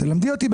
תלמדי אותי,